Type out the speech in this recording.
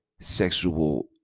sexual